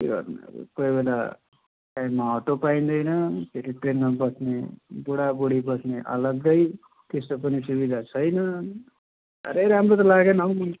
के गर्नु अब कोही बेला टाइममा अटो पाइँदैन फेरि ट्रेनमा बस्ने बुढाबुढी बस्ने अलग्गै त्यस्तो पनि सुविधा छैन साह्रै राम्रो त लागेन हौ नि